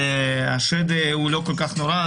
והשד הוא לא כל כך נורא,